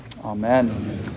Amen